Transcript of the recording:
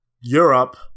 Europe